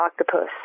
octopus